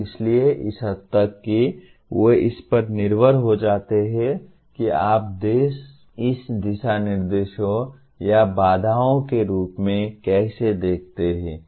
और इसलिए इस हद तक वे इस पर निर्भर हो जाते हैं कि आप इसे दिशा निर्देशों या बाधाओं के रूप में कैसे देखते हैं